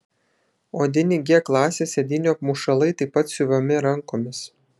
odiniai g klasės sėdynių apmušalai taip pat siuvami rankomis